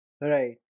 Right